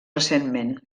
recentment